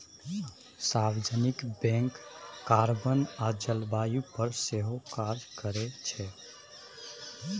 सार्वजनिक bank carbon आ जलबायु पर सेहो काज करै छै